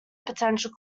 potential